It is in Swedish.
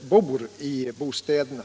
bor i bostäderna.